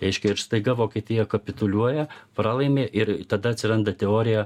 reiškia ir staiga vokietija kapituliuoja pralaimi ir tada atsiranda teorija